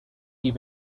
been